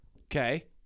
Okay